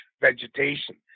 vegetation